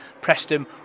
Preston